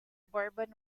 bourbon